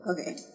Okay